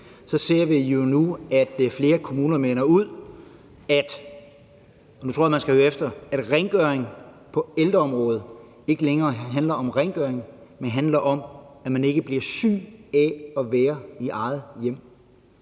nu tror jeg, man skal høre efter – at rengøringen på ældreområdet ikke længere handler om rengøring, men at det handler om, at man ikke bliver syg af at være i eget hjem.